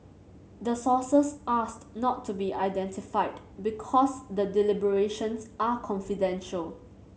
the sources asked not to be identified because the deliberations are confidential